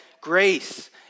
grace